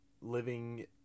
living